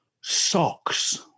socks